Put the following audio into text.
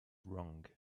wrong